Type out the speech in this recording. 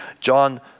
John